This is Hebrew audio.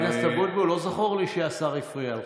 חבר הכנסת אבוטבול, לא זכור לי שהשר הפריע לך.